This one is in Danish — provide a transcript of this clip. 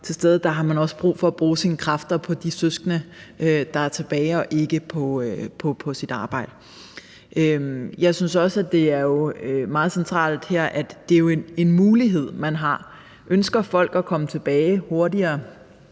Der har man også brug for at bruge sine kræfter på de søskende, der er tilbage, og ikke på sit arbejde. Jeg synes også, det er meget centralt her, at det er en mulighed, man har. Ønsker folk at komme tilbage, før der